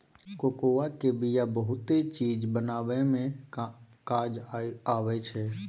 cocoa केर बिया बहुते चीज बनाबइ मे काज आबइ छै